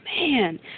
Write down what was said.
man